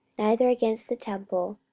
neither against the temple,